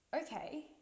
okay